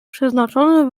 przeznaczony